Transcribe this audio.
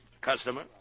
Customer